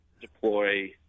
deploy